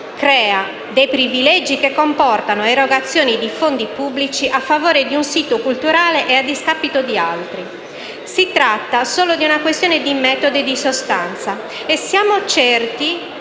crei privilegi che comportino erogazioni di fondi pubblici a favore di un sito culturale e a discapito di altri. Si tratta solo di una questione di metodo e di sostanza. Siamo certi